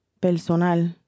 personal